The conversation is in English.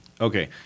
Okay